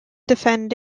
defend